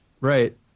Right